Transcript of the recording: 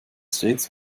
stets